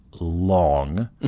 long